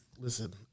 listen